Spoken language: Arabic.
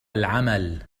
العمل